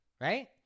right